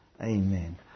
Amen